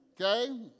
Okay